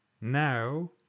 Now